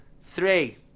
Three